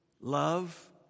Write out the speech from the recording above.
love